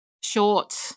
short